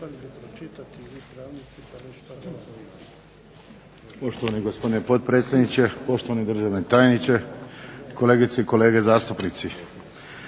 Poštovani gospodine potpredsjedniče, poštovani državni tajniče, kolegice i kolege zastupnici.